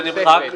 זה נמחק?